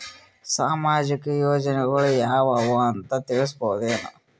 ಸಾಮಾಜಿಕ ಯೋಜನೆಗಳು ಯಾವ ಅವ ಅಂತ ತಿಳಸಬಹುದೇನು?